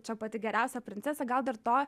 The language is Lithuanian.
čia pati geriausia princesė gal dar to